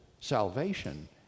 salvation